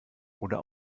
oder